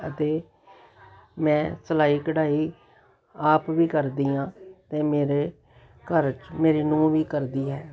ਅਤੇ ਮੈਂ ਸਿਲਾਈ ਕਢਾਈ ਆਪ ਵੀ ਕਰਦੀ ਹਾਂ ਅਤੇ ਮੇਰੇ ਘਰ 'ਚ ਮੇਰੀ ਨੂੰਹ ਵੀ ਕਰਦੀ ਹੈ